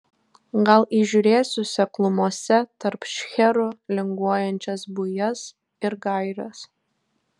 gal įžiūrėsiu seklumose tarp šcherų linguojančias bujas ir gaires